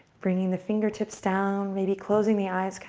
bringing the fingertips down, maybe closing the eyes,